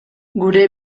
gure